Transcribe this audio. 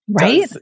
right